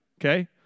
okay